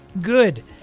Good